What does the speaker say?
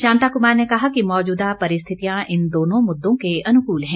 शांता कुमार ने कहा कि मौजूदा परिस्थितियां इन दोनों मुद्दों के अनुकूल है